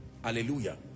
Hallelujah